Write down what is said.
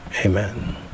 Amen